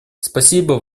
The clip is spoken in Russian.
спасибо